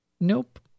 Nope